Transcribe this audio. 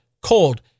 cold